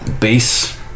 base